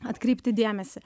atkreipti dėmesį